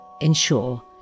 ensure